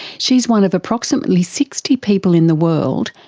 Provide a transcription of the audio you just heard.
she is one of approximately sixty people in the world,